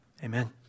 Amen